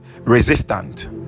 resistant